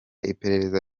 iperereza